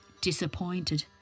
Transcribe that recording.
Disappointed